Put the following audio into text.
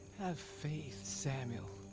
have faith, samuel.